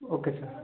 okay sir